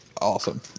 awesome